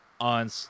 on